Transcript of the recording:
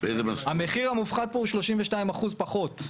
המחיר המופחת פה הוא 32% פחות.